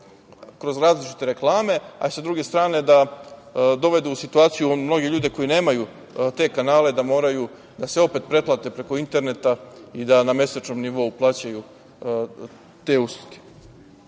kroz različite reklame, a sa druge strane da dovedu u situaciju mnoge ljude, koji nemaju te kanale, da moraju da se opet pretplate preko interneta i da na mesečnom nivou plaćaju te usluge. Imamo